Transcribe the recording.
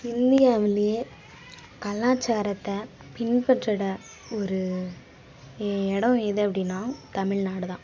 இந்தியாவுலேயே கலாச்சாரத்தை பின்பற்றிட ஒரு இ எடம் எது அப்படின்னா தமிழ்நாடு தான்